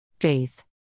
Faith